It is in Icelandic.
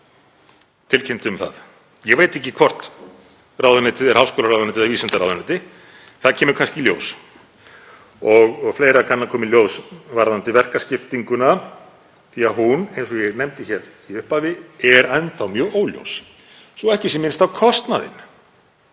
tilkynnti um það. Ég veit ekki hvort ráðuneytið er háskólaráðuneyti eða vísindaráðuneyti, það kemur kannski í ljós. Fleira kann að koma í ljós varðandi verkaskiptinguna því hún, eins og ég nefndi í upphafi, er enn mjög óljós, svo ekki sé minnst á kostnaðinn.